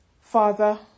father